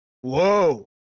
Whoa